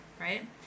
right